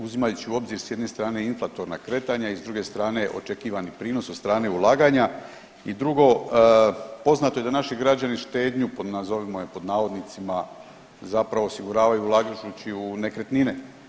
Uzimajući u obzir sa jedne strane inflatorna kretanja i s druge strane očekivani prinos od strane ulaganja i drugo poznato je da naši građani štednju, nazovimo je pod navodnicima zapravo osiguravaju ulažući u nekretnine.